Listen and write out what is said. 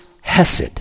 Hesed